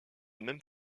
même